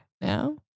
now